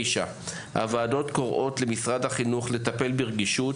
הוועדות קוראות למשרד החינוך לטפל ברגישות